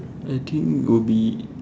I think would be